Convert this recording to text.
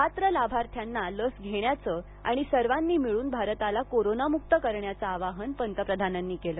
पात्र लाभार्थ्यांना लस घेण्याचं आणि सर्वांनी मिळून भारताला कोरोनामुक्त करण्याचं आवाहन पंतप्रधानांनी केलं